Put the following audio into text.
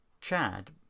chad